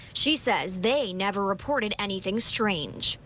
she says they never reported anything strange.